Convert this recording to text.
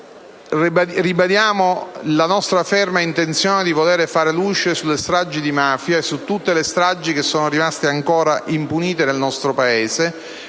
Ribadiamo la nostra ferma intenzione di fare luce sulle stragi di mafia e su tutte le stragi rimaste ancora impunite nel nostro Paese